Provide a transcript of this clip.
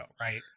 right